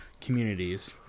communities